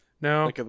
No